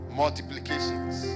multiplications